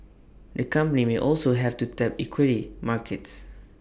the company may also have to tap equity markets